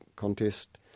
contest